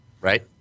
Right